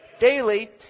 Daily